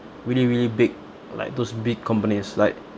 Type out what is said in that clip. really really big like those big companies like